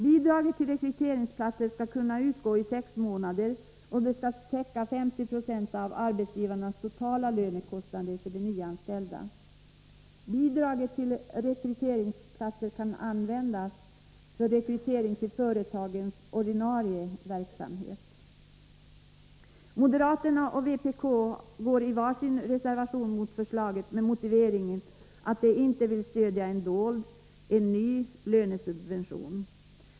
Bidraget till rekryteringsplatser skall kunna utgå i sex månader, och det skall täcka 50 96 av arbetsgivarens totala lönekostnader för de nyanställda. Bidraget till rekryteringsplatser kan användas för rekrytering till företagens ordinarie verksamhet. Moderaterna och vpk går i var sin reservation mot förslaget med motiveringen att de inte vill stödja en dold, ny lönesubvention.